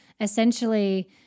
essentially